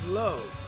love